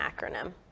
acronym